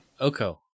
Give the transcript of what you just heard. Oko